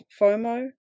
FOMO